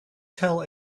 tell